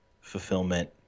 fulfillment